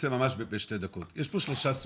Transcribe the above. יש פה שלוש סוגיות,